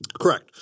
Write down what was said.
Correct